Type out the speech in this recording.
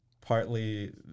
partly